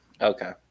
okay